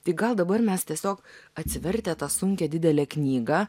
tai gal dabar mes tiesiog atsivertę tą sunkią didelę knygą